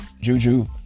Juju